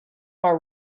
are